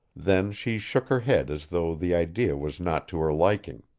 then she shook her head as though the idea was not to her liking.